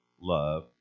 love